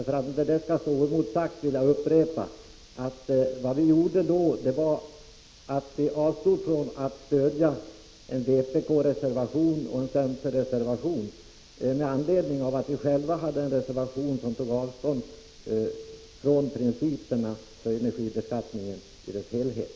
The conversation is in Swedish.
För att inte detta skall stå oemotsagt vill jag upprepa att vad vi gjorde var att avstå från att stödja en vpk-reservation och en centerreservation. Vi hade nämligen själva lagt fram en reservation som tog avstånd från principen med energibeskattningen i dess helhet.